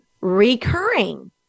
recurring